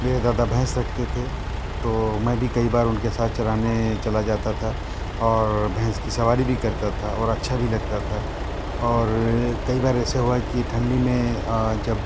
میرے دادا بھینس رکھتے تھے تو میں بھی کئی بار اُن کے ساتھ چَرانے چلا جاتا تھا اور بھینس کی سواری کرتا تھا اور اچھا بھی لگتا تھا اور کئی بار ایسا ہوا ہے کہ ٹھنڈی میں جب